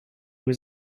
was